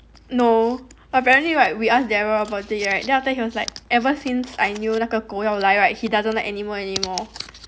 no but apparently right we ask Daryl about it right then after he was like ever since I knew 那个狗咬 lie right he doesn't like animal anymore